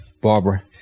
Barbara